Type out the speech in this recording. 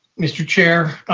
mr. chair,